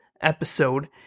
episode